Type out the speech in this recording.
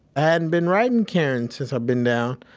i hadn't been writing karen since i'd been down,